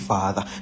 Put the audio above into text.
Father